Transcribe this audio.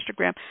Instagram